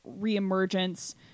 reemergence